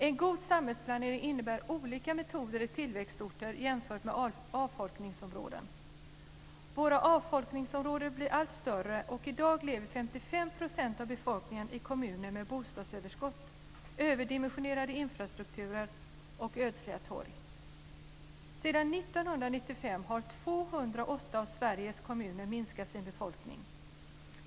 En god samhällsplanering innebär olika metoder i tillväxtorter jämfört med avfolkningsområden. Våra avfolkningsområden blir allt större, och i dag lever 55 % av befolkningen i kommuner med bostadsöverskott, överdimensionerade infrastrukturer och ödsliga torg. Sedan 1995 har 208 av Sveriges kommuner minskat sin befolkning.